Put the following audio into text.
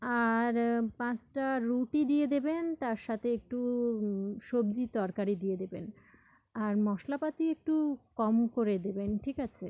আর পাঁচটা রুটি দিয়ে দেবেন তার সাথে একটু সবজির তরকারি দিয়ে দেবেন আর মশলাপাতি একটু কম করে দেবেন ঠিক আছে